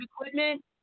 equipment